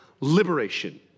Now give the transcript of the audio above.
liberation